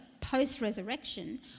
post-resurrection